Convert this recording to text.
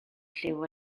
lliw